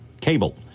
cable